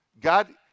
God